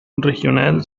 regional